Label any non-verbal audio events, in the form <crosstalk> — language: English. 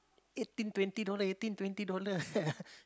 eighteen twenty dollar eighteen twenty dollar <laughs>